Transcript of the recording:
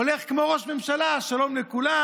הולך כמו ראש ממשלה: שלום לכולם,